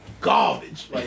Garbage